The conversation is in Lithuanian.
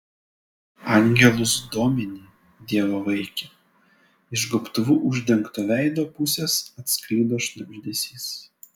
angelus domini dievo vaike iš gobtuvu uždengto veido pusės atsklido šnabždesys